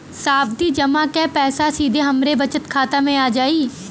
सावधि जमा क पैसा सीधे हमरे बचत खाता मे आ जाई?